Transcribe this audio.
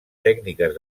tècniques